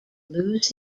lose